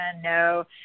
no